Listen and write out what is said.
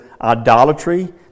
idolatry